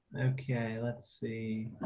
yeah let's see.